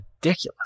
ridiculous